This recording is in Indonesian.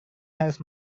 harus